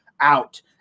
out